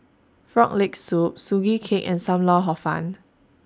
Frog Leg Soup Sugee Cake and SAM Lau Hor Fun